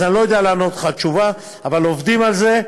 אני לא יודע לתת לך תשובה, אבל עובדים על זה.